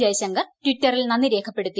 ജയ്ശങ്കർ ട്വിറ്ററിൽ നന്ദി രേഖപ്പെടുത്തി